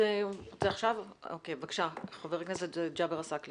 בבקשה ח"כ ג'אבר עסאקלה